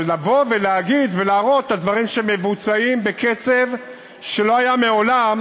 אבל לבוא ולהגיד ולהראות את הדברים שמבוצעים בקצב שלא היה מעולם,